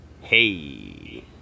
hey